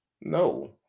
no